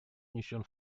внесен